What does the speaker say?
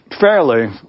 fairly